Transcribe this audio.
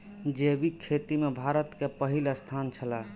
जैविक खेती में भारत के पहिल स्थान छला